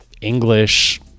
English